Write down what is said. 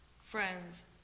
Friends